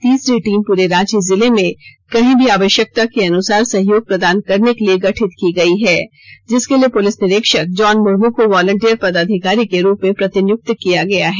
तीसरी टीम पुरे रांची जिले में कहीं भी आवश्यकता के अनुसार सहयोग प्रदान करने के लिए गठित की गयी है जिसके लिए पुलिस निरीक्षक जॉन मुर्मू को वालंटियर पदाधिकारी के रूप में प्रतिनियुक्त किया गया है